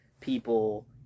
people